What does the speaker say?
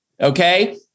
Okay